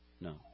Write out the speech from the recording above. No